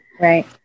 Right